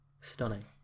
Stunning